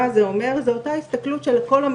אני אשאל אותך שאלה, דוקטור.